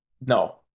No